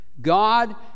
God